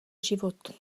život